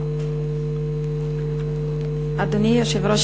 אדוני היושב-ראש,